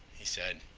he said.